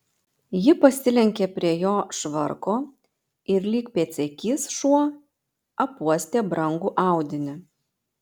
ji pasilenkė prie jo švarko ir lyg pėdsekys šuo apuostė brangų audinį